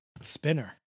Spinner